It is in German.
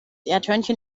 erdhörnchen